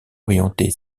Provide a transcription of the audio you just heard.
orientée